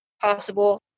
possible